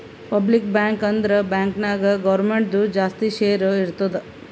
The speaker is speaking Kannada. ಪಬ್ಲಿಕ್ ಬ್ಯಾಂಕ್ ಅಂದುರ್ ಬ್ಯಾಂಕ್ ನಾಗ್ ಗೌರ್ಮೆಂಟ್ದು ಜಾಸ್ತಿ ಶೇರ್ ಇರ್ತುದ್